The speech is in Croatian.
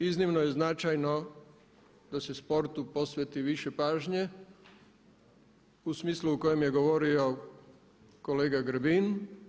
Iznimno je značajno da se sportu posveti više pažnje u smislu u kojem je govorio kolega Grbin.